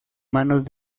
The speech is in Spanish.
manos